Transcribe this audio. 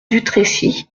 dutrécy